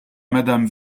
madame